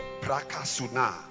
prakasuna